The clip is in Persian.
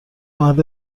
مرد